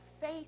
faith